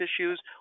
issues